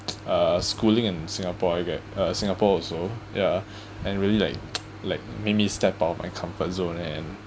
uh schooling in singapore I get uh singapore also ya and really like like mini step out of my comfort zone and